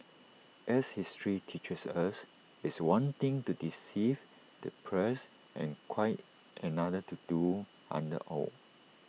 as history teaches us it's one thing to deceive the press and quite another to do so under oath